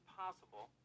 possible